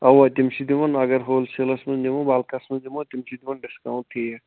اَوا تِم چھِ دِوان اَگر ہول سیلَس منٛز نِمو بَلکَس منٛز نِمو تِم چھِ دِوان ڈِسکاوُنٛٹ ٹھیٖک